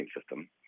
system